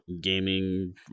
gaming